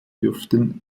dürften